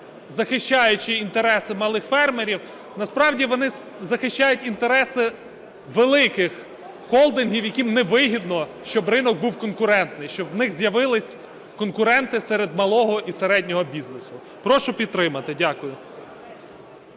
захищаючи інтереси малих фермерів, насправді вони захищають інтереси великих холдингів, яким не вигідно, щоб ринок був конкурентний, щоб в них з'явилися конкуренти серед малого і середнього бізнесу. Прошу підтримати. Дякую.